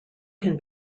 can